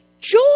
joy